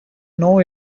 know